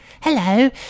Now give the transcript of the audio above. Hello